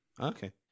Okay